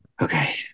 okay